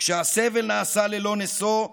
/ כשהסבל נעשה ללא נשוא,